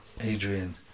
Adrian